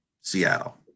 Seattle